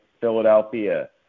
Philadelphia